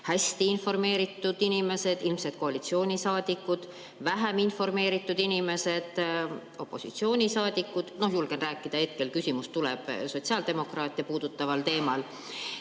hästi informeeritud inimesi – ilmselt koalitsioonisaadikud; vähem informeeritud inimesi – opositsioonisaadikud, noh, julgen nii rääkida, hetkel tuleb küsimus sotsiaaldemokraate puudutaval teemal;